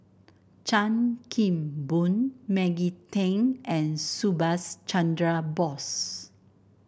Chan Kim Boon Maggie Teng and Subhas Chandra Bose